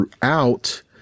throughout